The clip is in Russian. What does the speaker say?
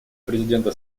президента